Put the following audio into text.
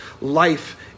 life